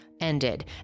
ended